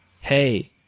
hey